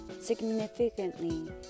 significantly